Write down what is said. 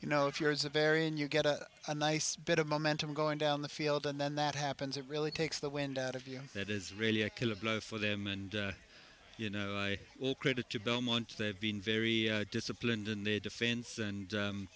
you know if your is a very and you get a a nice bit of momentum going down the field and then that happens it really takes the wind out of you that is really a killer blow for them and you know i will credit to belmont they've been very disciplined in their defense and